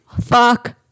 Fuck